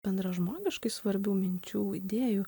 bendražmogiškai svarbių minčių idėjų